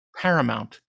paramount